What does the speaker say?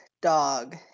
dog